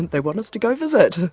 they want us to go visit.